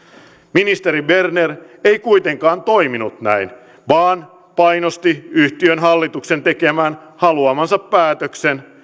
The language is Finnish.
ministeri berner ei kuitenkaan toiminut näin vaan painosti yhtiön hallituksen tekemään haluamansa päätöksen